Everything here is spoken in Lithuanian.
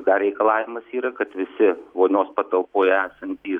dar reikalavimas yra kad visi vonios patalpoj esantys